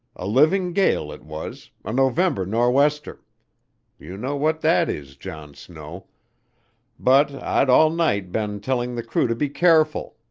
a living gale it was, a november no'wester you know what that is, john snow but i'd all night been telling the crew to be careful,